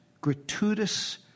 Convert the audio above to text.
gratuitous